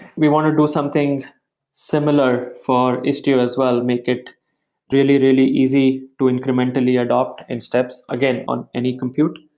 we want to do something similar for istio as well, make it really, really easy to incrementally adopt adopt in steps, again on any compute.